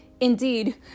indeed